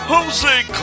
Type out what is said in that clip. Jose